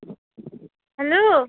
hello